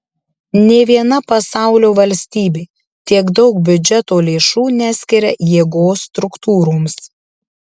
nė viena pasaulio valstybė tiek daug biudžeto lėšų neskiria jėgos struktūroms